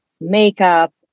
makeup